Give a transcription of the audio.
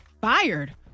Fired